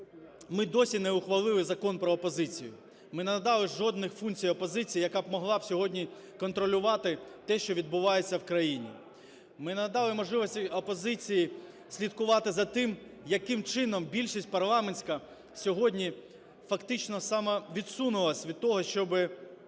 Ми досі не ухвалили Закон про опозицію, ми не надали жодних функцій опозиції, яка б могла сьогодні контролювати те, що відбувається в країні. Ми не надали можливості опозиції слідкувати за тим, яким чином більшість парламентська сьогодні фактично самовідсунулась від того, щоби